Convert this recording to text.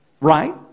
right